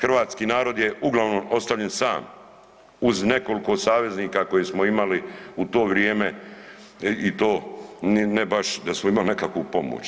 Hrvatski narod je uglavnom ostavljen sam uz nekolko saveznika koje smo imali u to vrijeme i to ne baš da smo imali nekakvu pomoć.